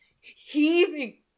Heaving